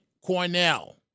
Cornell